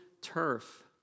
turf